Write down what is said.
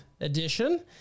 edition